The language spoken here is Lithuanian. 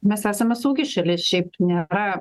mes esame saugi šalis šiaip nėra